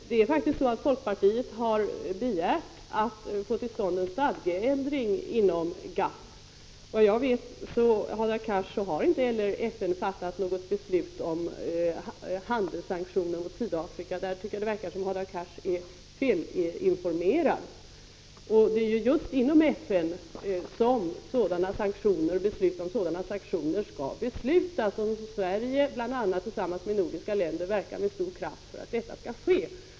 Herr talman! Det är faktiskt så att folkpartiet har begärt att få till stånd en stadgeändring inom GATT. Såvitt jag vet, Hadar Cars, har inte FN fattat något beslut om handelssanktioner mot Sydafrika. På den punkten verkar det som om Hadar Cars är felinformerad. Det är ju just inom FN som beslut om sådana sanktioner skall fattas, och bl.a. Sverige tillsammans med övriga nordiska länder verkar med stor kraft för att detta skall ske.